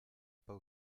pas